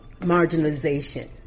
marginalization